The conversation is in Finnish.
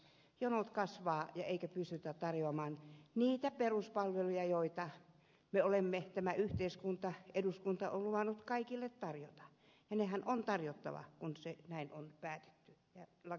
jonot kasvavat eikä pystytä tarjoamaan niitä peruspalveluja joita me olemme tämä yhteiskunta eduskunta on luvannut kaikille tarjota ja nehän on tarjottava kun se näin on päätetty ja laki niistä tehty